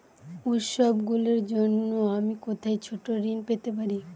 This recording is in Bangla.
উত্সবগুলির জন্য আমি কোথায় ছোট ঋণ পেতে পারি?